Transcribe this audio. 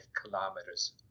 kilometers